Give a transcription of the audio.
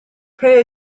pay